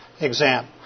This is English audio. exam